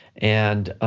and